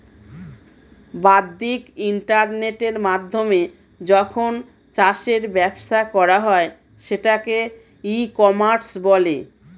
বাদ্দিক ইন্টারনেটের মাধ্যমে যখন চাষের ব্যবসা করা হয় সেটাকে ই কমার্স বলে